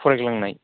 फरायग्लांनाय